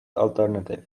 alternative